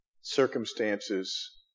circumstances